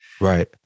Right